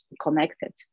connected